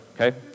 okay